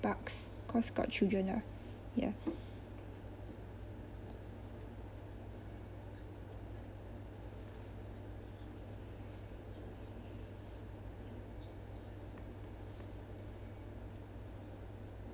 parks cause got children lah ya